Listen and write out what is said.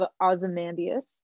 ozymandias